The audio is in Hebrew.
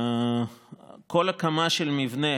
כל הקמה של מבנה,